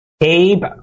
Abe